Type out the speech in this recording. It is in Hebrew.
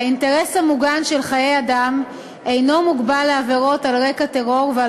האינטרס המוגן של חיי אדם אינו מוגבל לעבירות על רקע טרור ועל